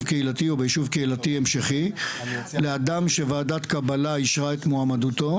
קהילתי או ביישוב קהילתי המשכי לאדם שוועדת קבלה אישרה את מועמדותו,